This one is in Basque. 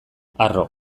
harro